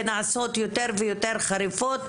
ונעשות יותר ויותר חריפות,